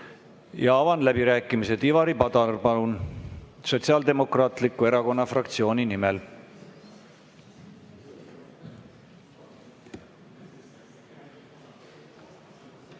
Avan läbirääkimised. Ivari Padar, palun, Sotsiaaldemokraatliku Erakonna fraktsiooni nimel!